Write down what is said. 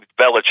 Belichick